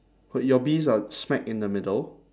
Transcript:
but your bees are smack in the middle